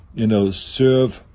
you know, serve,